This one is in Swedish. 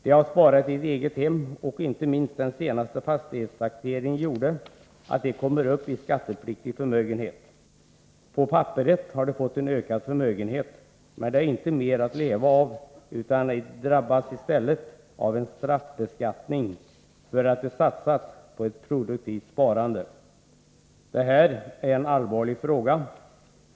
De har sparat i ett eget hem, och inte minst den senaste fastighetstaxeringen gjorde att de kommer upp i skattepliktig förmögenhet. På papperet har de fått en ökad förmögenhet, men de har inte mer att leva av, utan drabbas i stället av en straffbeskattning för att de har satsat på ett produktivt Det här är en allvarlig fråga.